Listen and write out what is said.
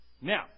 now